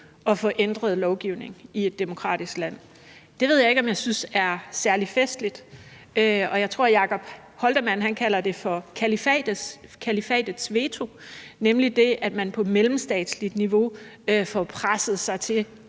at få ændret lovgivningen i et demokratisk land. Det ved jeg ikke om jeg synes er særlig festligt, og jeg tror, at Jakob Holtermann kalder det for kalifatets veto, nemlig det, at man på mellemstatsligt niveau får presset sig til